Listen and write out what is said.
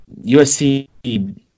USC